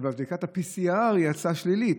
ובבדיקת ה-PCR היא יצאה שלילית,